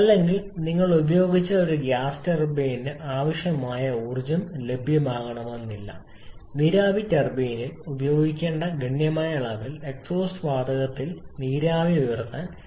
അല്ലെങ്കിൽ നിങ്ങൾ ഉപയോഗിച്ച ഒരു ഗ്യാസ് ടർബൈനിന് ആവശ്യമായ ഊർജ്ജം ലഭ്യമാകണമെന്നില്ല നീരാവി ടർബൈനിൽ ഉപയോഗിക്കേണ്ട ഗണ്യമായ അളവിൽ എക്സ്ഹോസ്റ്റ് വാതകത്തിൽ നീരാവി ഉയർത്താൻ